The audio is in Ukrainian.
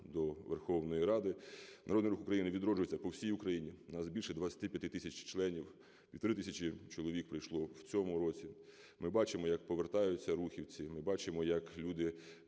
до Верховної Ради. Народний Рух України відроджується по всій Україні, в нас більше 25 тисяч членів, 1,5 тисячі чоловік прийшло в цьому році. Ми бачимо, як повертаються рухівці, ми бачимо як люди